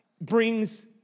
brings